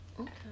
okay